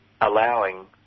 allowing